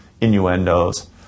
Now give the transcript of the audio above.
innuendos